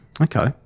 Okay